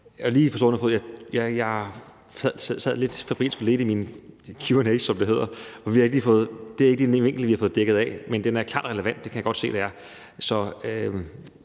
jeg lidt febrilsk og ledte i min queue of the day, som det hedder, og det er ikke lige en vinkel, vi har fået dækket af, men den er klart relevant. Det kan jeg godt se at det er.